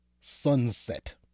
sunset